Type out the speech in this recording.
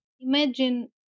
Imagine